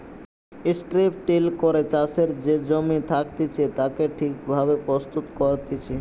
strip till করে চাষের যে জমি থাকতিছে তাকে ঠিক ভাবে প্রস্তুত করতিছে